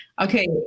Okay